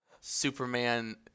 Superman